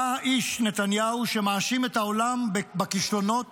אתה האיש, נתניהו, שמאשים את העולם בכישלונות